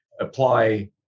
apply